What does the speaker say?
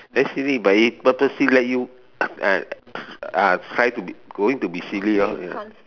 very silly but it purposely let you uh uh try to going to be silly lor ya